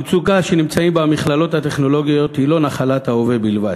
המצוקה שנמצאות בה המכללות הטכנולוגיות היא לא נחלת ההווה בלבד.